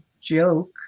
joke